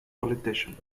politician